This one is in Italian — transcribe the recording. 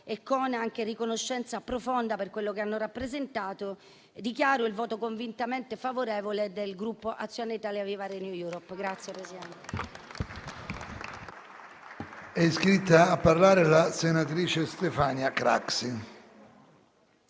e con riconoscenza profonda per quello che hanno rappresentato, che dichiaro il voto convintamente favorevole del Gruppo Azione-Italia Viva-RenewEurope.